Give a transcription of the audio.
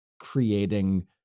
creating